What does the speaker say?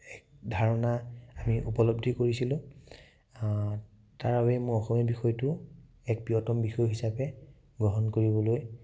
ধাৰণা আমি উপলব্ধি কৰিছিলোঁ তাৰবাবে মোৰ অসমীয়া বিষয়টো এক প্ৰিয়তম বিষয় হিচাপে গ্ৰহণ কৰিবলৈ